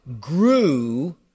grew